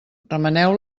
remeneu